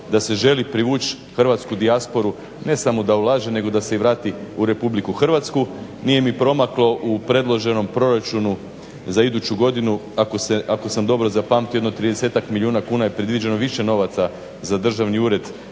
da se želi privući hrvatsku dijasporu ne samo da ulaže nego da se i vrati u Republiku Hrvatsku. Nije mi promaklo u predloženom proračunu za iduću godinu ako sam dobro zapamtio, jedno tridesetak milijuna kuna je predviđeno više novaca za Državni ured